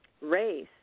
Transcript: race